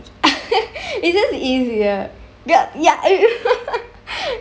it's just easier ya ya